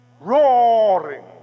roaring